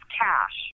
cash